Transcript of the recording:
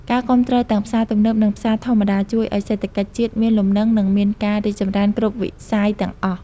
ការគាំទ្រទាំងផ្សារទំនើបនិងផ្សារធម្មតាជួយឱ្យសេដ្ឋកិច្ចជាតិមានលំនឹងនិងមានការរីកចម្រើនគ្រប់វិស័យទាំងអស់។